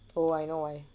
oh I know why